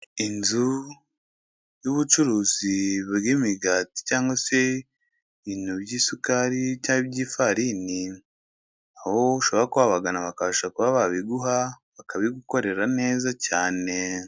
Inzu y'ubucuruzi bw'imigati cyangwa se ibintu by'isukari cyangwa iby'ifarini, aho ushobora kuba wabagana bakabasha kuba babiguha, bakabigukorera neza cyane.